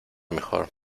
mejor